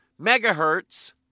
megahertz